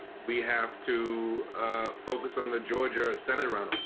we have to focus on the georgia senate round, um